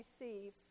receive